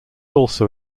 also